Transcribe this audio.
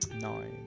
Nine